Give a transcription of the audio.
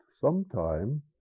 sometime